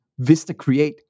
Vistacreate